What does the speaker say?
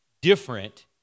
different